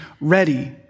ready